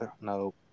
No